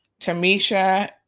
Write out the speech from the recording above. Tamisha